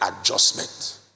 adjustment